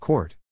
Court